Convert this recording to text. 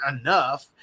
enough